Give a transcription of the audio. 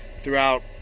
throughout